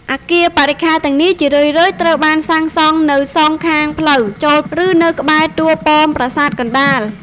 អគារបរិក្ខារទាំងនេះជារឿយៗត្រូវបានសាងសង់នៅ សងខាងផ្លូវចូល ឬនៅក្បែរតួប៉មប្រាសាទកណ្តាល។